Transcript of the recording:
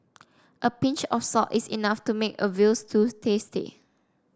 a pinch of salt is enough to make a veal stew tasty